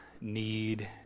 need